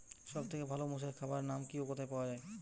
সব থেকে ভালো মোষের খাবার নাম কি ও কোথায় পাওয়া যায়?